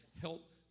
help